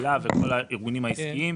להב וכל הארגונים העסקיים.